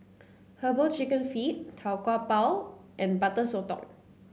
herbal chicken feet Tau Kwa Pau and Butter Sotong